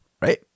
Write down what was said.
right